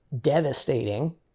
devastating